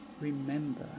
remember